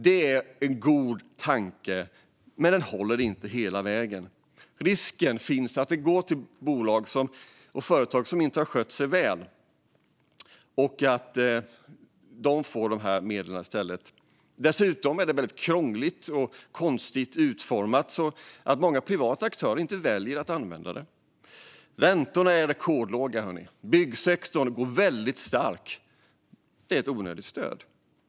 Det är en god tanke, men den håller inte hela vägen. Risken finns att dessa medel går till bolag och företag som inte har skött sig väl. Dessutom är det väldigt krångligt och konstigt utformat, vilket gör att många privata aktörer väljer att inte använda det. Räntorna är rekordlåga. Byggsektorn går väldigt starkt. Det är alltså ett onödigt stöd.